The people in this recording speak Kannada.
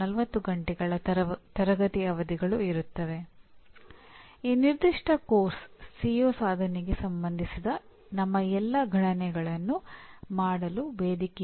ವಿಭಿನ್ನ ಶಿಕ್ಷಣ ತಜ್ಞರು ಈ ಪದಗಳನ್ನು ಅತ್ಯಂತ ನಿರ್ದಿಷ್ಟವಾದ ಅರ್ಥವನ್ನು ಹೇಳಲು ಬಳಸಬಹುದೆಂದು ಹೇಳಲು ನಾನು ಅದನ್ನು ಉದಾಹರಣೆಯಾಗಿ ನೀಡಿದ್ದೇನೆ